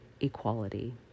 equality